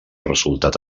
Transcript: resultat